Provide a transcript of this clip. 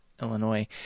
Illinois